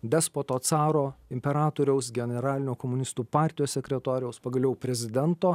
despoto caro imperatoriaus generalinio komunistų partijos sekretoriaus pagaliau prezidento